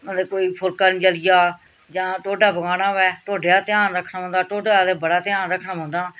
ते कोई फुलका नी जली जा जां टोडा पकाना होऐ टोडे दा ध्यान रक्खना पौंदा टोडा ते बड़ा ध्यान रक्खना पौंदा न